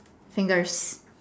fingers